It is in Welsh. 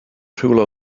rhywle